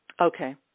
Okay